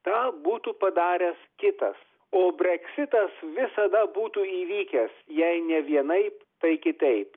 tą būtų padaręs kitas o breksitas visada būtų įvykęs jei ne vienaip tai kitaip